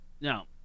Now